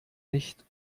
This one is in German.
nicht